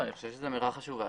אני חושב שזאת אמירה חשובה